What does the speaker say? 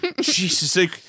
Jesus